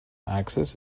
axis